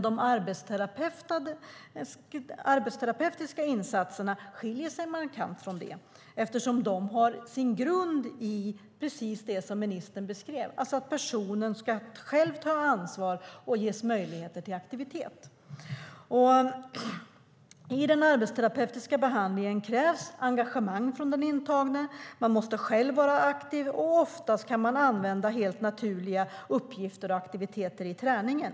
De arbetsterapeutiska insatserna skiljer sig dock markant från detta eftersom de har sin grund i precis det som ministern beskrev, alltså att personen själv ska ta ansvar och ges möjligheter till aktivitet. I den arbetsterapeutiska behandlingen krävs engagemang från den intagne. Man måste själv vara aktiv, och oftast kan man använda helt naturliga uppgifter och aktiviteter i träningen.